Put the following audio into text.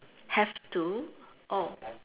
have to oh